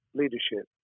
leadership